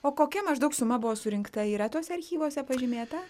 o kokia maždaug suma buvo surinkta yra tuose archyvuose pažymėta